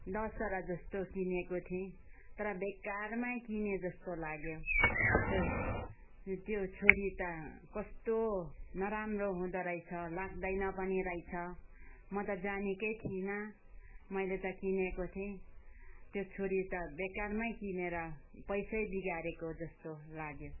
दसवटा जस्तो किनेको थिएँ तर बेकारमै किनेँ जस्तो लाग्यो त्यो त्यो छुरी त कस्तो नराम्रो हुँदोरहेछ लाग्दैन पनि रहेछ म त जानेकै थिइनँ मैले त किनेको थिएँ त्यो छुरी त बेकारमै किनेर पैसै बिगारेको जस्तो लाग्यो